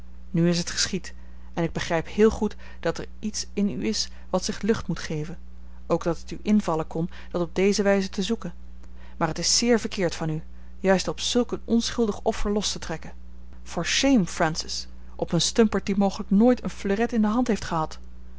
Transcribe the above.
nu is het geschied en ik begrijp heel goed dat er iets in u is wat zich lucht moet geven ook dat het u invallen kon dat op deze wijze te zoeken maar het is zeer verkeerd van u juist op zulk een onschuldig offer los te trekken for shame francis op een stumperd die mogelijk nooit een fleuret in de hand heeft gehad